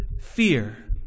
fear